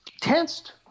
tensed